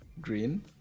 green